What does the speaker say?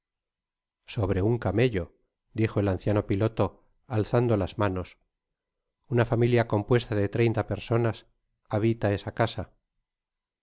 sobre un camello dijo el anciano piloto alzando lag manos una familia compuesta de treinta personas habita esa casa